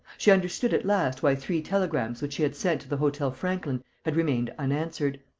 she understood at last why three telegrams which she had sent to the hotel franklin had remained unanswered.